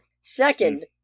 Second